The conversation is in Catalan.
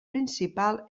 principal